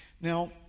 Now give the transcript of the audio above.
Now